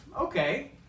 Okay